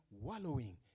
wallowing